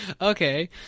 Okay